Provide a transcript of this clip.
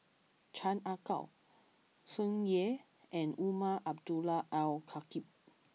Chan Ah Kow Tsung Yeh and Umar Abdullah Al Khatib